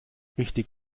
richtig